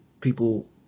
people